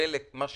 חלק, מה שיכולנו,